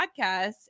podcasts